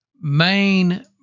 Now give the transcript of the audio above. main